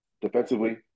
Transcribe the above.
Defensively